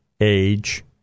age